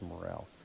morale